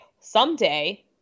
someday